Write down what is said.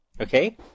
Okay